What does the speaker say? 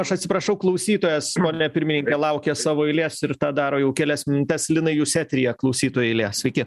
aš atsiprašau klausytojas pone pirmininke laukia savo eilės ir tą daro jau kelias minutes linai jūs eteryje klausytojo eilė sveiki